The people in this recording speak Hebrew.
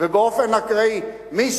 ושמע את השיחה, והקליט.